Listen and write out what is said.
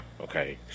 Okay